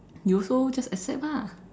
you also just accept ah